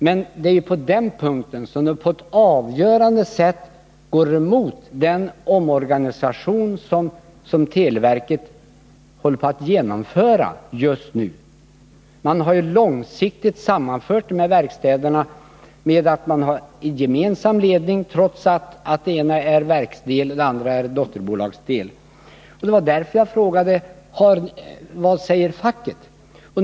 Men det är ju på den punkten som man på ett avgörande sätt går emot den omorganisation som televerket håller på att genomföra just nu. Man har långsiktigt sammanfört de här verkstäderna genom en gemensam ledning, trots att den ena industrin är en verksdel och den andra är ett dotterbolag. Det var därför jag frågade vad facket säger.